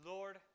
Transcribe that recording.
Lord